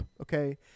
Okay